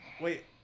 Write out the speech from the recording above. Wait